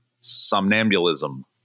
somnambulism